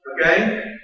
Okay